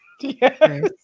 Yes